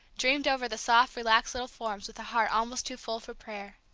dreamed over the soft relaxed little forms with a heart almost too full for prayer.